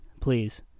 please